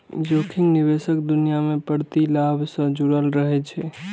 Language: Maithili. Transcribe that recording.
जोखिम निवेशक दुनिया मे प्रतिलाभ सं जुड़ल रहै छै